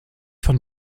von